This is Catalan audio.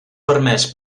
permés